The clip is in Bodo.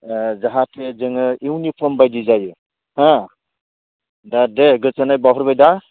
ओ जाहाथे जोङो इउनिपर्म बायदि जायो हो दा दे गोजोननाय बावहरबाय दा